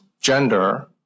gender